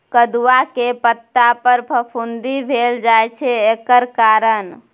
कदुआ के पता पर फफुंदी भेल जाय छै एकर कारण?